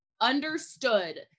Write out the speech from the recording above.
understood